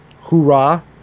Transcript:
hoorah